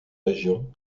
région